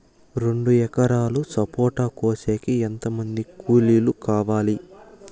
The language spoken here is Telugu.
రెండు ఎకరాలు సపోట కోసేకి ఎంత మంది కూలీలు కావాలి?